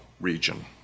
region